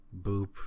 Boop